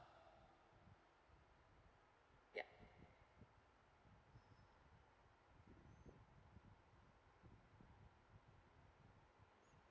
yup